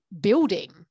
building